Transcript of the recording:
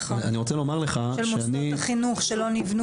נכון, של מוסדות החינוך שלא נבנו.